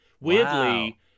Weirdly